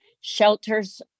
Shelters